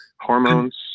Hormones